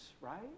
right